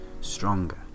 stronger